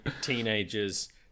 teenagers